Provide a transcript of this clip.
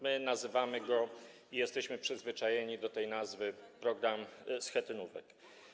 My nazywamy go, i jesteśmy przyzwyczajeni do tej nazwy, programem schetynówek.